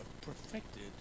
perfected